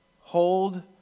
Hold